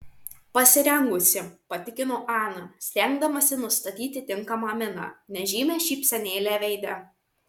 pasirengusi patikino ana stengdamasi nustatyti tinkamą miną nežymią šypsenėlę veide